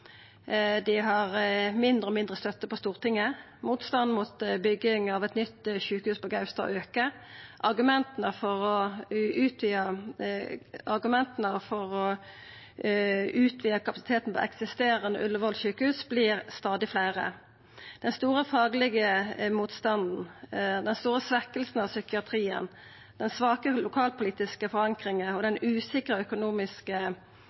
dei har mindre og mindre støtte på Stortinget, og motstanden mot bygging av eit nytt sjukehus på Gaustad aukar. Argumenta for å utvida kapasiteten på eksisterande Ullevål sjukehus, vert stadig fleire. Den store faglege motstanden, den store svekkinga av psykiatrien, den svake lokalpolitiske forankringa og den usikre økonomiske